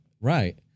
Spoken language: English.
right